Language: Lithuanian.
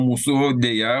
mūsų deja